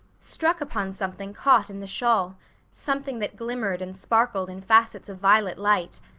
struck upon something caught in the shawl something that glittered and sparkled in facets of violet light.